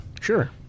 Sure